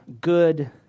good